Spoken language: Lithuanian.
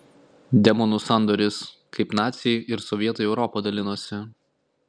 demonų sandoris kaip naciai ir sovietai europą dalinosi